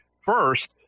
first